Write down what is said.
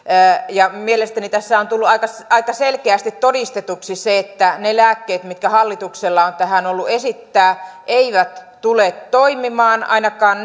mielestäni tässä on tullut aika aika selkeästi todistetuksi se että ne lääkkeet mitkä hallituksella on tähän ollut esittää eivät tule toimimaan ainakaan